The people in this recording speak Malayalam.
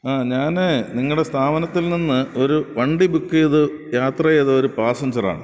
ആ ഞാൻ നിങ്ങളുടെ സ്ഥാപനത്തിൽ നിന്ന് ഒരു വണ്ടി ബുക്ക് ചെയ്ത് യാത്ര ചെയ്ത ഒരു പാസഞ്ചറാണ്